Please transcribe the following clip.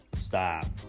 stop